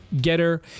getter